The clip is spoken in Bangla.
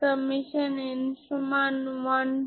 L≡ ddx1 x2ddx λαα1 এবং Q হল 0 এখানে কোনো Q নেই এটি আপনার L এবং